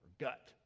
gut